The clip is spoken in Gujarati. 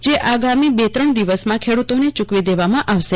જે આગામી બે ત્રણ દિવસમાં ખેડૂતોને ચૂકવી દેવાશે